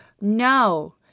No